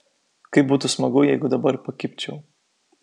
kaip būtų smagu jeigu dabar pakibčiau